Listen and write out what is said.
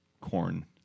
corn